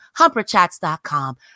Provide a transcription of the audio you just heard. HumperChats.com